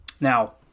Now